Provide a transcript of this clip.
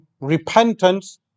repentance